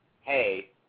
hey